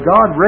God